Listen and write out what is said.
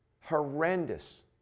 Horrendous